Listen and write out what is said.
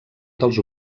dels